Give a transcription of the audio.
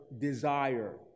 desire